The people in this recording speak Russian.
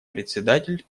председатель